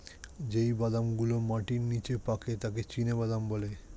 যেই বাদাম গুলো মাটির নিচে পাকে তাকে চীনাবাদাম বলে